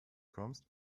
kommst